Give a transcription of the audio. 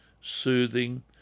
soothing